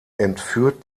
entführt